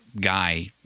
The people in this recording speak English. guy